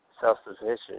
self-sufficient